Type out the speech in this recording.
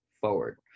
forward